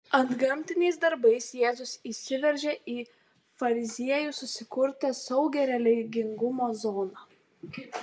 antgamtiniais darbais jėzus įsiveržė į fariziejų susikurtą saugią religingumo zoną